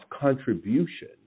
contribution